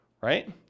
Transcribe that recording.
Right